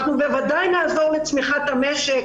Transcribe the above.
אנחנו בוודאי נעזור לצמיחת המשק,